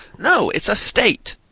no it's a state.